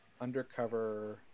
undercover